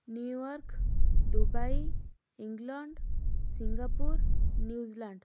New York Dubai England Singapore New Zealand